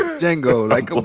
um django, like,